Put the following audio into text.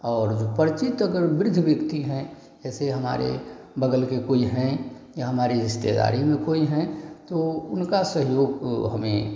और जो परिचित अगर वृद्ध व्यक्ति हैं जैसे हमारे बगल के कोई हैं या हमारी रिश्तेदारी में कोई हैं तो उनका सहयोग तो हमें